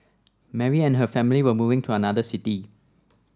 Mary and her family were moving to another city